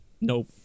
Nope